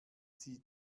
sie